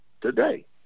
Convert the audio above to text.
today